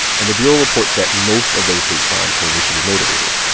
and the bureau reports that most of those hate crimes were racially motivated.